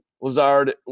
Lazard